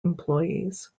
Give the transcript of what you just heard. employees